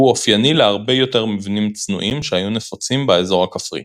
הוא אופייני להרבה יותר מבנים צנועים שהיו נפוצים באזור הכפרי.